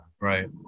Right